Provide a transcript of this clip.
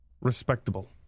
Respectable